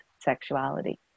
sexuality